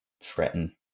threaten